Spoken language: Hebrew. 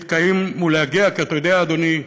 להתקיים ולהגיע, כי אתה יודע, אדוני,